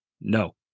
No